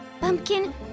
Bumpkin